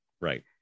Right